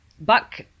Buck